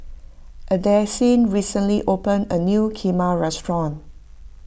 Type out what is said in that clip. Addisyn recently opened a new Kheema restaurant